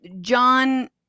john